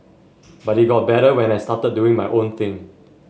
but it got better when I started doing my own thing